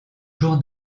jours